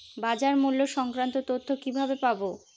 বাজার মূল্য সংক্রান্ত তথ্য কিভাবে পাবো?